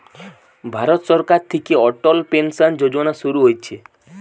ভারত সরকার থিকে অটল পেনসন যোজনা শুরু হইছে